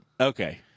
Okay